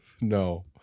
No